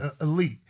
elite